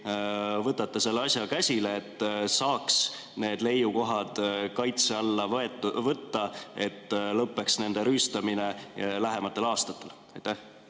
võtate selle asja käsile, et saaks need leiukohad kaitse alla võtta, et nende rüüstamine lähematel aastatel